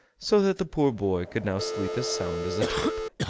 so that the poor boy could now sleep as sound as a top.